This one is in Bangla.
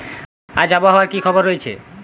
আজ আবহাওয়ার কি খবর রয়েছে?